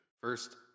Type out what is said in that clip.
first